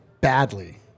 badly